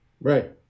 Right